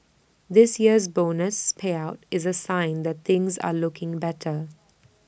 this year's bonus payout is A sign that things are looking better